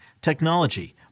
Technology